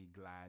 glad